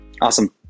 Awesome